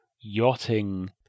Yachting